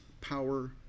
power